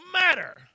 matter